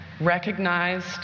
recognized